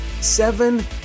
seven